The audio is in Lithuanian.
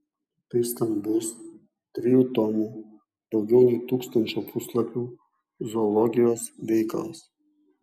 tai stambus trijų tomų daugiau nei tūkstančio puslapių zoologijos veikalas